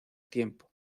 tiempo